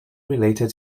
related